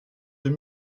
deux